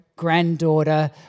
granddaughter